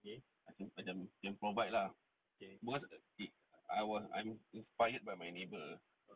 macam-macam I can provide lah because okay I was I'm inspired by my neighbour